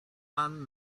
pan